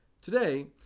Today